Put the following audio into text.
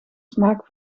smaak